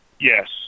Yes